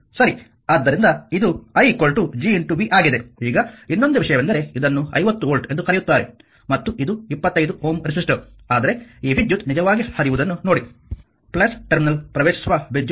ಆದ್ದರಿಂದ ಇದು i Gv ಆಗಿದೆ ಈಗ ಇನ್ನೊಂದು ವಿಷಯವೆಂದರೆ ಇದನ್ನು 50 ವೋಲ್ಟ್ ಎಂದು ಕರೆಯುತ್ತಾರೆ ಮತ್ತು ಇದು 25Ω ರೆಸಿಸ್ಟರ್ ಆದರೆ ಈ ವಿದ್ಯುತ್ ನಿಜವಾಗಿ ಹರಿಯುವುದನ್ನು ನೋಡಿ ಟರ್ಮಿನಲ್ ಪ್ರವೇಶಿಸುವ ವಿದ್ಯುತ್